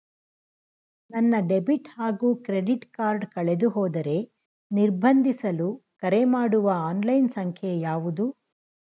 ನನ್ನ ಡೆಬಿಟ್ ಹಾಗೂ credit card ಕಳೆದುಹೋದರೆ ನಿರ್ಬಂಧಿಸಲು ಕರೆಮಾಡುವ ಆನ್ಲೈನ್ ಸಂಖ್ಯೆಯಾವುದು?